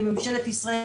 וממשלת ישראל